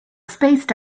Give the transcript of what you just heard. spaced